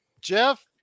Jeff